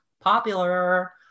Popular